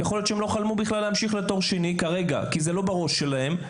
יכול להיות שהם לא חלמו להמשיך לתואר שני כי זה לא בראש שלהם,